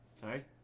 sorry